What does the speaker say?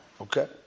okay